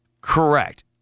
Correct